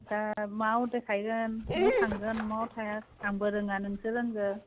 दा माव देखायगोन माव थांगोन माव थाया आंबो रोङा नोंसो रोंगो